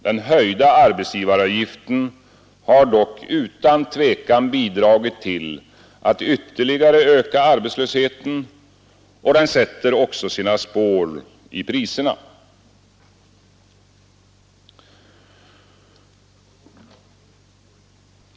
Den höjda arbetsgivaravgiften har dock utan tvivel bidragit till att ytterligare öka arbetslösheten och sätter också sina spår i priserna.